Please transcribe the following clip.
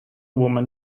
woman